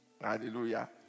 Hallelujah